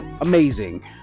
amazing